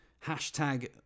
hashtag